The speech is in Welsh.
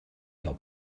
gael